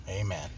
Amen